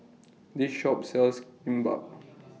This Shop sells Kimbap